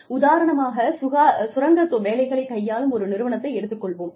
உதாரணமாக சுரங்க வேலைகளைக் கையாளும் ஒரு நிறுவனத்தை எடுத்துக் கொள்வோம்